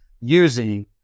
using